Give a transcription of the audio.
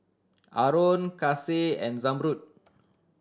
Aaron Kasih and Zamrud